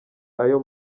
ayo